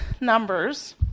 numbers